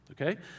okay